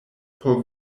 por